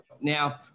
Now